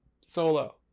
Solo